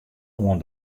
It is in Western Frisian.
oan